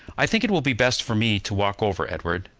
i think it will be best for me to walk over, edward.